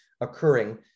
occurring